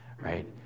right